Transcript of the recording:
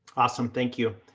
awesome. thank you.